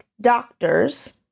doctors